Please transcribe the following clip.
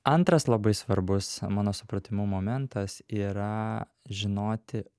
antras labai svarbus mano supratimu momentas yra žinoti